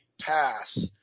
pass